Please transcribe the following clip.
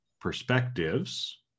perspectives